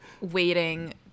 waiting